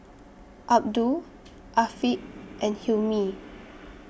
Abdul Afiq and Hilmi